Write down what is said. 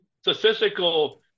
statistical